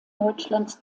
deutschlands